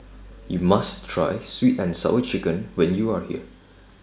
YOU must Try Sweet and Sour Chicken when YOU Are here